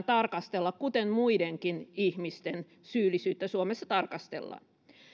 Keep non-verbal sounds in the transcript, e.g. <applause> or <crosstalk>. <unintelligible> tarkastella siten kuten muidenkin ihmisten syyllisyyttä suomessa tarkastellaan